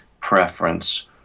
preference